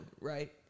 right